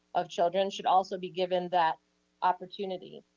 of children, should also be given that opportunity.